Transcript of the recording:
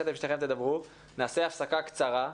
שנעשה הפסקה קצרה,